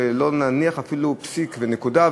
בלי להניח אפילו פסיק ונקודה,